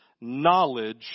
knowledge